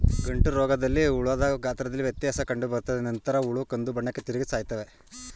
ಗಂಟುರೋಗದಲ್ಲಿ ಹುಳದ ಗಾತ್ರದಲ್ಲಿ ವ್ಯತ್ಯಾಸ ಕಂಡುಬರ್ತದೆ ನಂತರ ಹುಳ ಕಂದುಬಣ್ಣಕ್ಕೆ ತಿರುಗಿ ಸಾಯ್ತವೆ